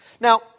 Now